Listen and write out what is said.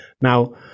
Now